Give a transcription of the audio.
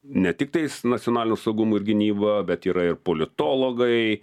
ne tiktais nacionaliniu saugumu ir gynyba bet yra ir politologai